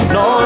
no